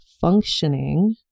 functioning